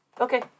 Okay